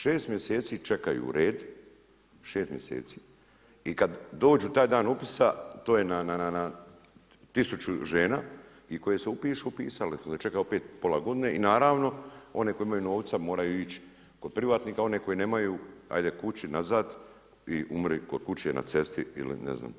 Šest mjeseci čekaju red, šest mjeseci i kad dođu taj dan upisa to je na 1000 žena i koje se upišu upisale su se onda čekaju opet pola godine i naravno one koje imaju novca moraju ić kod privatnika one koje nemaju ajde kući nazad i umri kod kuće na cesti ili ne znam.